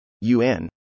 UN